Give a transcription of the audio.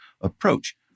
approach